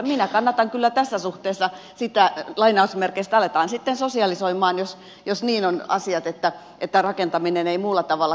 minä kannatan kyllä tässä suhteessa sitä että aletaan sitten lainausmerkeissä sosialisoimaan jos niin on asiat että rakentaminen ei muulla tavalla kiinnosta